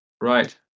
Right